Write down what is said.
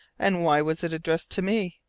and why was it addressed to me?